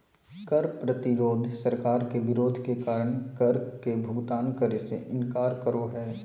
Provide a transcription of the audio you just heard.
कर प्रतिरोध सरकार के विरोध के कारण कर के भुगतान करे से इनकार करो हइ